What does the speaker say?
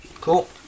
Cool